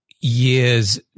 years